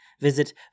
visit